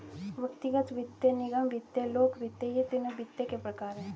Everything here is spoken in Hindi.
व्यक्तिगत वित्त, निगम वित्त, लोक वित्त ये तीनों वित्त के प्रकार हैं